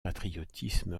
patriotisme